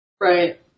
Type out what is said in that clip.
Right